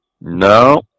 No